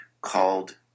called